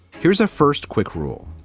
here's a first quick rule.